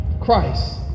Christ